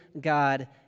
God